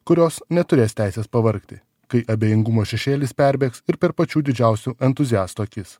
kurios neturės teisės pavargti kai abejingumo šešėlis perbėgs per pačių didžiausių entuziastų akis